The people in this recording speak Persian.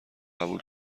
قبول